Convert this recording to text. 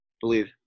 believe